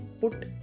put